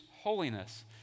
holiness